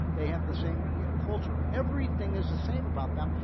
they have the same you know culture. everything is the same about them,